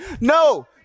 no